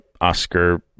Oscar